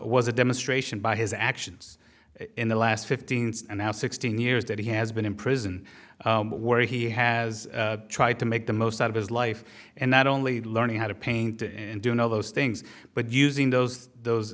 was a demonstration by his actions in the last fifteen and sixteen years that he has been in prison where he has tried to make the most out of his life and not only learning how to paint and doing all those things but using those